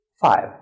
five